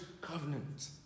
covenant